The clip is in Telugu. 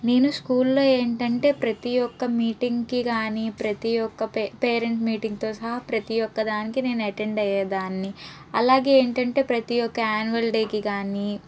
నేను స్కూల్లో ఏంటంటే ప్రతి ఒక మీటింగ్కి కానీ ప్రతి ఒక పే పేరెంట్ మీటింగ్తో సహా ప్రతి ఒక దానికి నేను అటెండ్ అయ్యే దాన్ని అలాగే ఏంటంటే ప్రతి ఒక ఆన్యువల్ డేకి కానీ